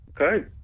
Okay